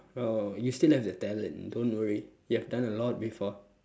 oh you still have the talent don't worry you have done a lot before